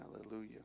hallelujah